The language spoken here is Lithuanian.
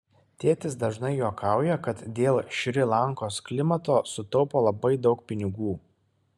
tėtis dažnai juokauja kad dėl šri lankos klimato sutaupo labai daug pinigų